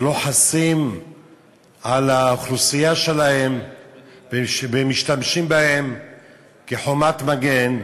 שלא חסים על האוכלוסייה שלהם ומשתמשים בה כבחומת מגן,